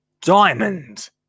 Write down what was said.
diamond